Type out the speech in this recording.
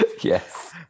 Yes